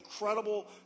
incredible